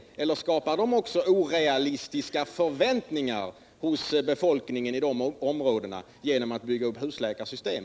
Är det så att man skapa orealistiska förväntningar hos befolkningen i dessa områden genom att bygga ut ett husläkarsystem?